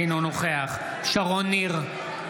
אינו נוכח שרון ניר,